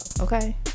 okay